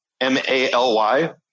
M-A-L-Y